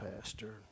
Pastor